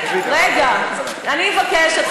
אני מבקשת,